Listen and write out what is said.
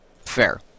Fair